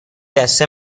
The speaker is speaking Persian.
دسته